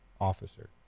officer